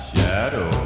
Shadow